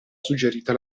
suggerita